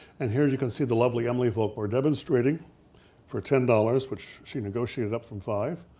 and here you can see the lovely emily volkmar demonstrating for ten dollars, which she negotiated up from five.